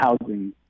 housing